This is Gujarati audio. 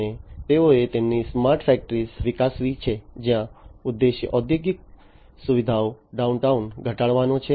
અને તેઓએ તેમની સ્માર્ટ ફેક્ટરી વિકસાવી છે જ્યાં ઉદ્દેશ્ય ઔદ્યોગિક સુવિધામાં ડાઉનટાઇમ ઘટાડવાનો છે